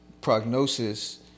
prognosis